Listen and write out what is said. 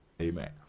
Amen